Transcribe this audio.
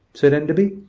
said enderby.